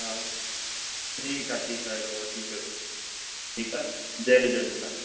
हा ठीकु आहे ठीकु आहे हलो वठी छॾो ठीकु आहे जय झूलेलाल